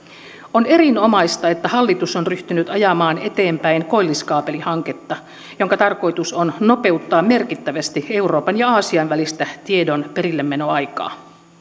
on erinomaista että hallitus on ryhtynyt ajamaan eteenpäin koilliskaapelihanketta jonka tarkoitus on nopeuttaa merkittävästi euroopan ja aasian välistä tiedon perillemenoaikaa